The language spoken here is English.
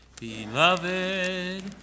Beloved